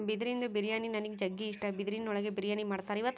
ಬಿದಿರಿಂದು ಬಿರಿಯಾನಿ ನನಿಗ್ ಜಗ್ಗಿ ಇಷ್ಟ, ಬಿದಿರಿನ್ ಒಳಗೆ ಬಿರಿಯಾನಿ ಮಾಡ್ತರ